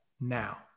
now